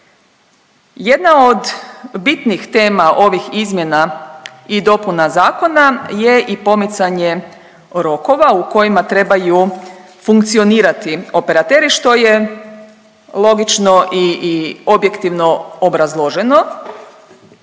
Jedna od bitnih tema ovih izmjena i dopuna i zakona je i pomicanje rokova u kojima trebaju funkcionirati operateri što je logično i objektivno obrazloženo